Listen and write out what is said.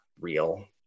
real